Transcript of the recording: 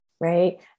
right